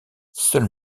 seul